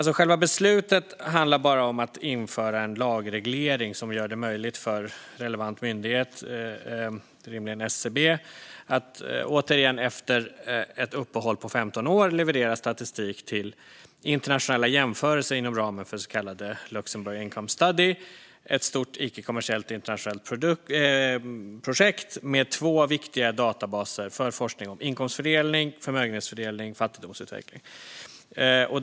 Själva beslutet handlar bara om att införa en lagreglering som gör det möjligt för relevant myndighet, rimligen SCB, att efter ett uppehåll på 15 år återigen leverera statistik till internationella jämförelser inom ramen för Luxembourg Income Study. Det är ett stort icke-kommersiellt internationellt projekt med två viktiga databaser för forskning om inkomstfördelning, förmögenhetsfördelning och fattigdomsutveckling.